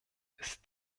ist